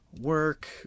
work